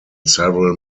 several